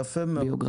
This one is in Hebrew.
יפה מאוד.